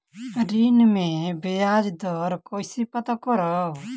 ऋण में बयाज दर कईसे पता करब?